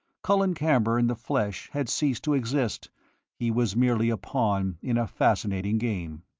colin camber in the flesh had ceased to exist he was merely a pawn in a fascinating game.